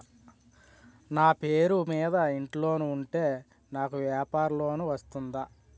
నా పేరు మీద ఇంటి లోన్ ఉంటే నాకు వ్యాపార లోన్ వస్తుందా?